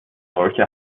solche